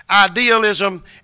idealism